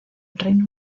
reino